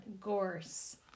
gorse